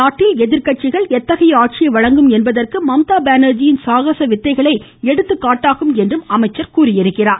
நாட்டில் எதிர்க்கட்சிகள் எத்தகைய ஆட்சியை வழங்கும் என்பதற்கு மம்தா பானர்ஜியின் சாகச வித்தைகளே எடுத்துக்காட்டாகும் என்று குறிப்பிட்டார்